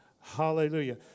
Hallelujah